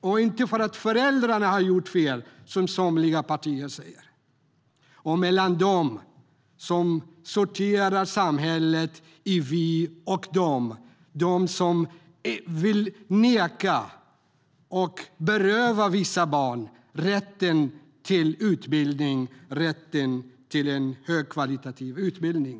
De är inte här för att föräldrarna har gjort fel, som somliga partier säger. Sedan har vi det parti som sorterar samhället i vi och de - det parti som vill neka och beröva vissa barn rätten till en högkvalitativ utbildning.